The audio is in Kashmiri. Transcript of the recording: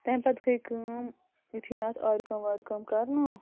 تَمہِ پتہٕ گٔے کٲم یُتھٕے مےٚ اَتھ آرِ کٲم وارِ کٲم کرنٲو